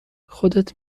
خودت